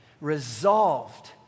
resolved